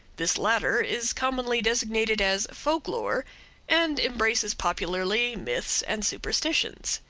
this latter is commonly designated as folk-lore and embraces popularly myths and superstitions.